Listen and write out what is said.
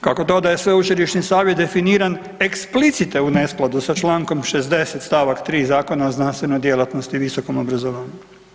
Kako to da je sveučilišni savjet definiran eksplicite u neskladu sa čl. 60. st. 3. Zakona o znanstvenoj djelatnosti i visokom obrazovanju?